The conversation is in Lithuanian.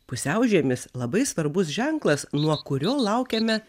pusiaužiemis labai svarbus ženklas nuo kurio laukiame